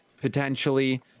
potentially